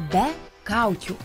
be kaukių